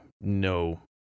no